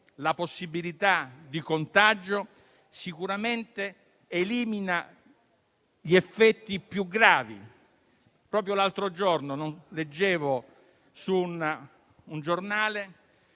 la possibilità di contagio, sicuramente ne elimina gli effetti più gravi. Qualche giorno fa, leggevo su un giornale